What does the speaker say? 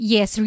Yes